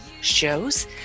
shows